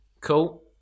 Cool